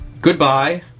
Goodbye